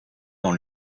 dans